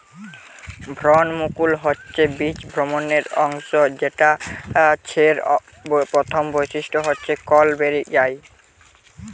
ভ্রূণমুকুল হচ্ছে বীজ ভ্রূণের অংশ যেটা ছের প্রথম বৈশিষ্ট্য হচ্ছে কল বেরি যায়